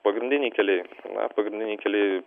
pagrindiniai keliai na pagrindiniai keliai